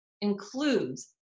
includes